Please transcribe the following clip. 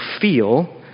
feel